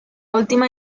última